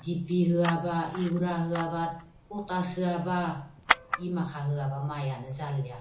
जिपि होआबा इउरिया होआबा पटास होआबा बेमाखा होआबा माइयानो जालिया